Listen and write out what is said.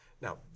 Now